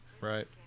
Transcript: right